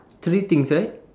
three things right